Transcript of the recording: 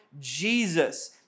Jesus